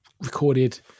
recorded